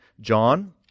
John